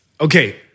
Okay